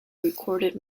recorded